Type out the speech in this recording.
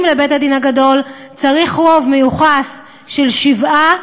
לבית-הדין הגדול צריך רוב מיוחס של שבעה,